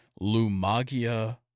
Lumagia